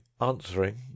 answering